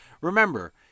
remember